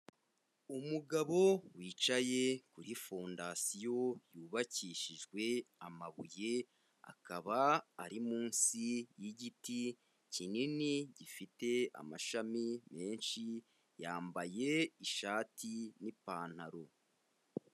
Umugabo wicaye kuri fondasiyo yubakishijwe amabuye, akaba ari munsi y'igiti kinini gifite amashami menshi, yambaye ishati n'ipantaro.